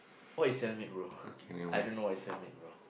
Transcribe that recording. what is sell maid bro I don't know what is sell maid bro